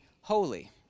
holy